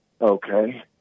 Okay